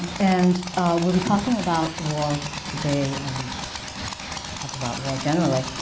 and we'll be talking about war today, and talk about war generally,